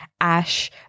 ash